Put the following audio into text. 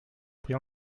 pris